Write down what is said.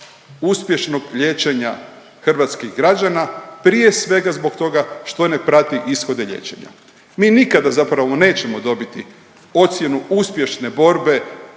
uspješnog liječenja hrvatskih građana, prije svega, zbog toga što ne prati ishode liječenja. Mi nikada zapravo nećemo dobiti ocjenu uspješne borbe